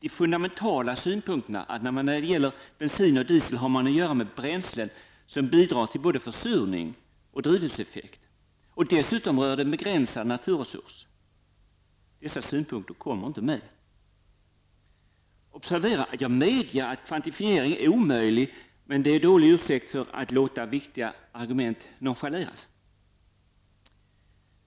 De fundamentala synpunkterna att man när det gäller bensin och diesel har att göra med bränslen, som bidrar till både försurningen och drivhuseffekten och som dessutom rör en begränsad naturresurs, kommer inte alls med. Observera att jag medger att kvantifiering är omöjlig, men det är en dålig ursäkt för att låta viktiga argument nonchaleras.